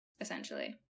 essentially